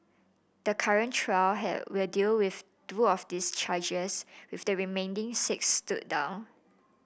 the current trial will deal with two of those charges with the remaining six stood down